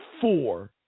four